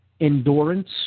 endurance